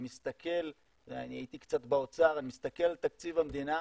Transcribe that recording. אני הייתי קצת באוצר, אני מסתכל על תקציב המדינה,